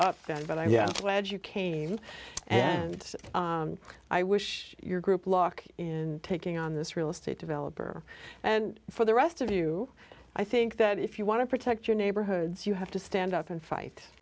you came and i wish your group luck and taking on this real estate developer and for the rest of you i think that if you want to protect your neighborhoods you have to stand up and fight